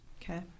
Okay